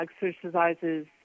exercises